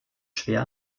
schwer